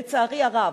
לצערי הרב,